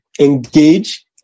engage